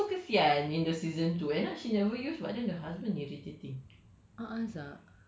ya ya ya but it's so kesian in the season two end up she never use but her husband irritating